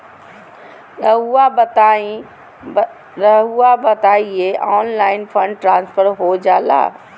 रहुआ बताइए online fund transfer हो जाला?